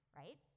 right